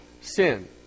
sin